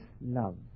love